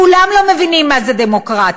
כולם לא מבינים מה זו דמוקרטיה.